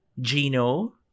Gino